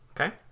Okay